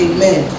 Amen